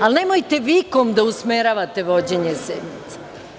Ali, nemojte vikom da usmeravate vođenje sednice.